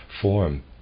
form